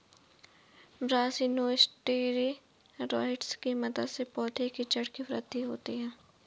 brassinosteroids की मदद से पौधों की जड़ की वृद्धि होती है